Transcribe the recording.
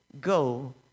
go